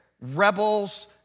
rebels